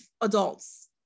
adults